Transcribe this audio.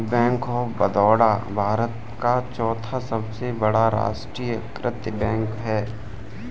bank of Baroda Bharat का चौथा सबसे बड़ा राष्ट्रीयकृत बैंक है